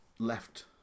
Left